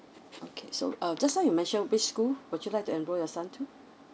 okay so um just now you mention which school would you like to enroll your son to